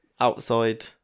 outside